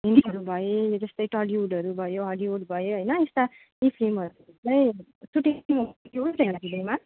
हिन्दीहरू भए जस्तै टलिवुडहरू भयो हलिवुड भयो होइन यस्ता यी फिल्महरू चाहिँ सुटिङ हुन्छ कि हुँदैन दार्जिलिङमा